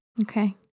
Okay